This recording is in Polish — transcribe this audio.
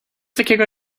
takiego